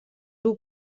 dur